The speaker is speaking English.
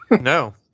No